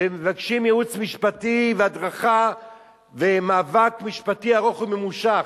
והם מבקשים ייעוץ משפטי והדרכה ומאבק משפטי ארוך וממושך.